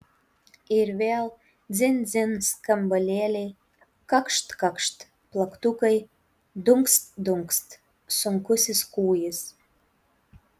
ir vėl dzin dzin skambalėliai kakšt kakšt plaktukai dunkst dunkst sunkusis kūjis